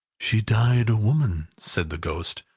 she died a woman, said the ghost,